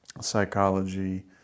psychology